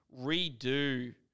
redo